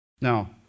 Now